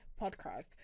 podcast